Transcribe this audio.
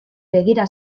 begira